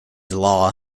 law